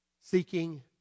seeking